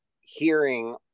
hearing